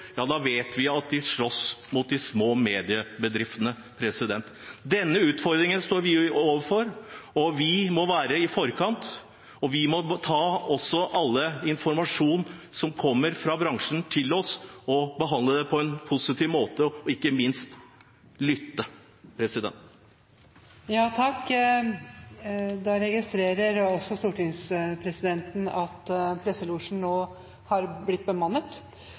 vet vi at de slåss mot de små mediebedriftene. Denne utfordringen står vi overfor, og vi må være i forkant. Vi må også ta all informasjon som kommer fra bransjen, til oss og behandle det på en positiv måte – og ikke minst lytte. Takk. Da registrerer også stortingspresidenten at presselosjen nå har blitt bemannet!